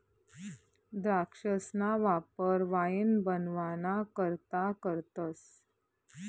द्राक्षसना वापर वाईन बनवाना करता करतस